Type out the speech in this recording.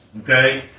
Okay